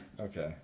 Okay